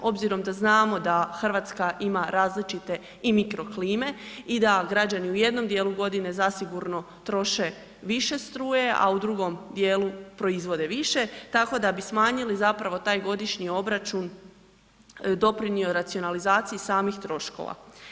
Obzirom da znamo da Hrvatska ima različite i mikroklime i da građani u jednom dijelu godine zasigurno troše više struje, a u drugom dijelu proizvode više, tako da bi smanjili zapravo taj godišnji obračun, doprinio racionalizaciji samih troškova.